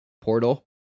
Portal